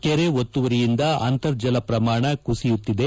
ಕೆರೆ ಒತ್ತುವರಿಯಿಂದ ಅಂತರ್ಜಲ ಪ್ರಮಾಣ ಕುಸಿಯುತ್ತಿದೆ